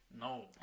No